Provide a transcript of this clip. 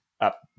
up